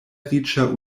riĉa